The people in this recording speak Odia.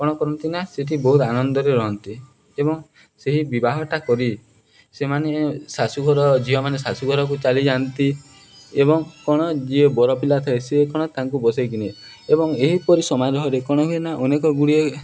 କ'ଣ କରନ୍ତି ନା ସେଠି ବହୁତ ଆନନ୍ଦରେ ରହନ୍ତି ଏବଂ ସେହି ବିବାହଟା କରି ସେମାନେ ଶାଶୁଘର ଝିଅମାନେ ଶାଶୁଘରକୁ ଚାଲିଯାଆନ୍ତି ଏବଂ କ'ଣ ଯିଏ ବରପିଲା ଥାଏ ସିଏ କ'ଣ ତାଙ୍କୁ ବସେଇକି ନିିଏ ଏବଂ ଏହିପରି ସମାରୋହରେ କ'ଣ ହୁଏ ନା ଅନେକଗୁଡ଼ିଏ